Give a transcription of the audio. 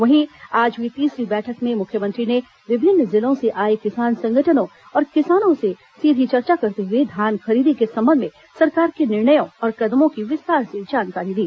वहीं आज हुई तीसरी बैठक में मुख्यमंत्री ने विभिन्न जिलों से आए किसान संगठनों और किसानों से सीधी चर्चा करते हए धान खरीदी के संबंध में सरकार के निर्णयों और कदमों की विस्तार से जानकारी दी